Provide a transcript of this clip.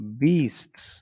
beasts